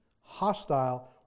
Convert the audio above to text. hostile